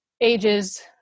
ages